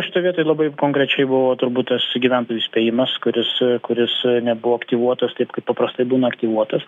šitoj vietoj labai konkrečiai buvo turbūt tas gyventojų įspėjimas kuris kuris nebuvo aktyvuotos taip kaip paprastai būna aktyvuotas